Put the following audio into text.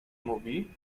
mówi